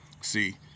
See